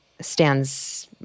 stands